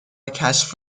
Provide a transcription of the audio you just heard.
کشف